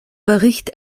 bericht